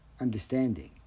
understanding